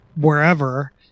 wherever